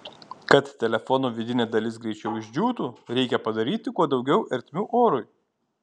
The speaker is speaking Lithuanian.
kad telefono vidinė dalis greičiau išdžiūtų reikia padaryti kuo daugiau ertmių orui